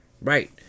right